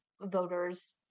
voters